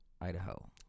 Idaho